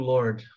Lord